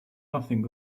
nothing